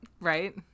Right